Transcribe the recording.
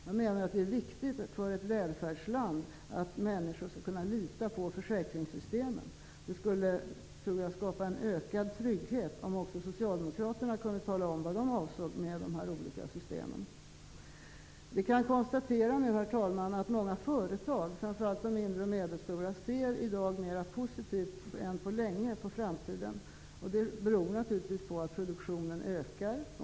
Jag menar att det är viktigt för ett välfärdsland att människor skall kunna lita på försäkringssystemet. Det skulle, tror jag, skapa en ökad trygghet om också Socialdemokraterna kunde tala om vad de avser med de här olika systemen. Vi kan konstatera nu, herr talman, att många företag, framför allt de mindre och medelstora, i dag ser mera positivt än på länge på framtiden. Det beror naturligtvis på att produktionen ökar.